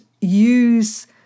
use